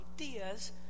ideas